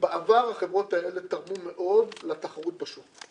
בעבר החברות האלה תרמו מאוד לתחרות בשוק.